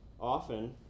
Often